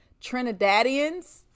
Trinidadians